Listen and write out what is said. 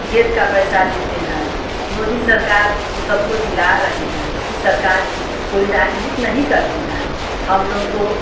खेत का पैसा देते हैं मोदी सरकार तो सब को जिला रहे हैं मोदी सरकार कोई राजनीति नहीं करती है हम लोग को